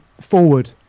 forward